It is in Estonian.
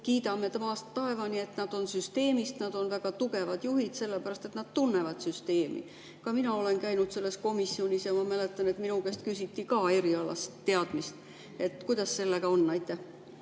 kiidame maast taevani, et nad on süsteemist, nad on väga tugevad juhid, sellepärast et nad tunnevad süsteemi. Ka mina olen käinud selles komisjonis ja ma mäletan, et minu käest küsiti ka erialaste teadmiste kohta, et kuidas sellega on. Aitäh!